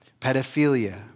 pedophilia